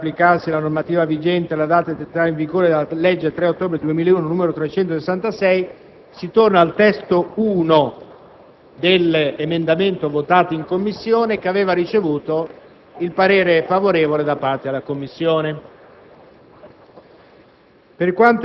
detta data, continua ad applicarsi la normativa vigente alla data di entrata in vigore della legge 3 ottobre 2001, n. 366». Si torna, in sostanza, al testo iniziale dell'emendamento votato in Commissione, che aveva ricevuto il parere favorevole da parte della stessa.